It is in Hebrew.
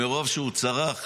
מרוב שהוא צרח,